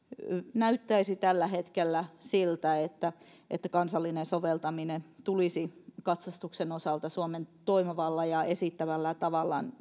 näyttäisi tällä hetkellä siltä että että kansallinen soveltaminen tulisi katsastuksen osalta suomen toivomalla ja esittämällä tavalla